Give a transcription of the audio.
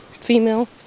female